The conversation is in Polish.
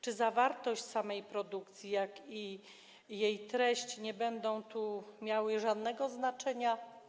Czy zawartość samej produkcji, jak również jej treść nie będą miały żadnego znaczenia?